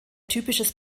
typisches